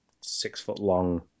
six-foot-long